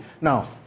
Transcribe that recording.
now